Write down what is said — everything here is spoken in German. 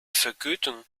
vergütung